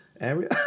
Area